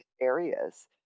areas